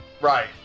Right